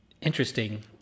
Interesting